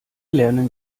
lernen